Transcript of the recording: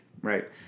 Right